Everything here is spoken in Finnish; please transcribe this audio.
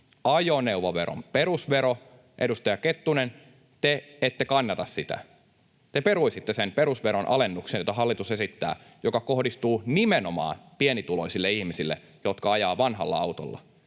Ajoneuvoveron perusvero, edustaja Kettunen — te ette kannata sitä. Te peruisitte sen perusveron alennuksen, jota hallitus esittää, joka kohdistuu nimenomaan pienituloisille ihmisille, jotka ajavat vanhalla autolla.